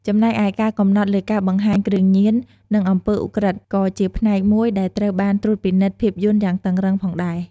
ចំណែកឯការកំណត់លើការបង្ហាញគ្រឿងញៀន និងអំពើឧក្រិដ្ឋ ក៏ជាផ្នែកមួយដែលត្រូវបានត្រួតពិនិត្យភាពយន្តយ៉ាងតឹងរ៉ឹងផងដែរ។